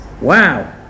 wow